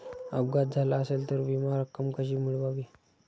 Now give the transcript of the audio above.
अपघात झाला असेल तर विमा रक्कम कशी मिळवावी?